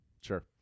Sure